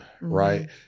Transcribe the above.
right